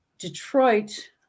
Detroit